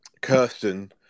Kirsten